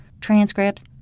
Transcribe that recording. transcripts